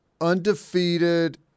Undefeated